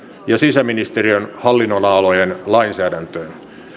ja sisäministeriön hallinnonalojen lainsäädäntöön